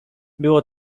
było